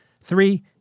Three